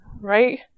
right